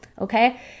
Okay